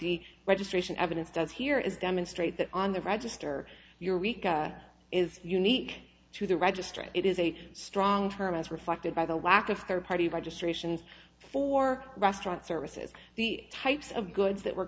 the registration evidence does here is demonstrate that on the register your reka is unique to the registry it is a strong term as reflected by the lack of third party registrations for restaurant services the types of goods that were